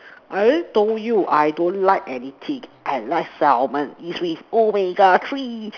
I told you I don't like any kick and life settlement easily always got tree